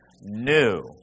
new